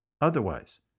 Otherwise